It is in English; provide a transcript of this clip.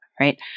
right